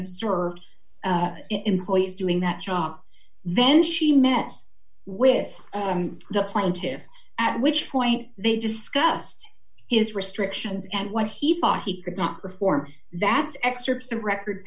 observe it employees doing that job then she met with the plaintive at which point they discussed his restrictions and what he thought he could not perform that's excerpts to record